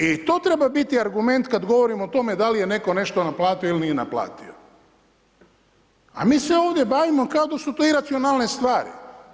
I to treba biti argument kad govorimo o tome da li je netko nešto naplatio ili nije naplatio, a mi se ovdje bavimo kako da su to iracionalne stvari.